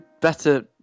better